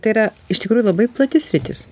tai yra iš tikrųjų labai plati sritis